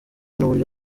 n’uburyo